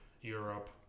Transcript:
Europe